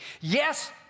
Yes